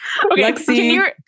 Lexi